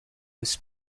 was